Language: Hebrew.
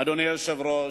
אדוני היושב-ראש,